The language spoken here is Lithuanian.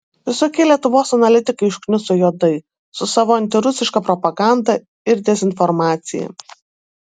visokie lietuvos analitikai užkniso juodai su savo antirusiška propaganda ir dezinformacija